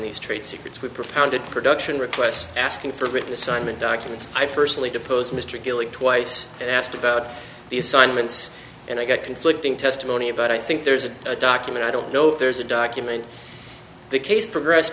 these trade secrets we propounded production request asking for written assignment documents i personally depose mr gillat twice and asked about the assignments and i got conflicting testimony but i think there's a document i don't know if there's a document the case progressed